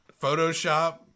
Photoshop